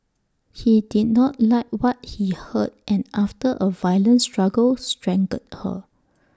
he did not like what he heard and after A violent struggle strangled her